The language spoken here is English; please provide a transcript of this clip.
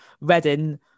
Reading